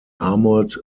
armoured